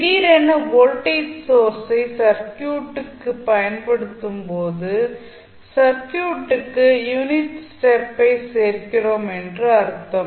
திடீரென வோல்ட்டேஜ் சோர்ஸை சர்க்யூடுக்கு பயன்படுத்தும்போது சர்க்யூட்டுக்கு யூனிட் ஸ்டெப் ஐ சேர்க்கிறோம் என்று அர்த்தம்